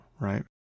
Right